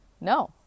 No